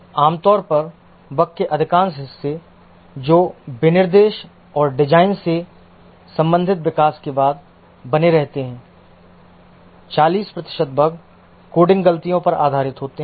आमतौर पर बग के अधिकांश हिस्से जो विनिर्देश और डिजाइन से संबंधित विकास के बाद बने रहते हैं 40 प्रतिशत बग कोडिंग गलतियों पर आधारित होते हैं